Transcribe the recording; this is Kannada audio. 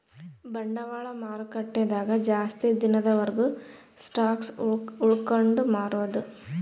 ಬಂಡವಾಳ ಮಾರುಕಟ್ಟೆ ದಾಗ ಜಾಸ್ತಿ ದಿನದ ವರ್ಗು ಸ್ಟಾಕ್ಷ್ ಉಳ್ಸ್ಕೊಂಡ್ ಮಾರೊದು